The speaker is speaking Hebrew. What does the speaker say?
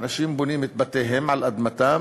האנשים בונים את בתיהם על אדמתם